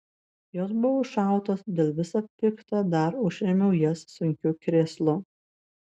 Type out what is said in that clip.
jos buvo užšautos dėl visa pikta dar užrėmiau jas sunkiu krėslu